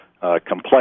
Complex